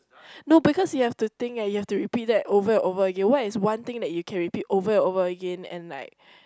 no because you have to think eh you have to repeat that over and over again what is one thing that you can repeat over and over again and like